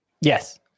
Yes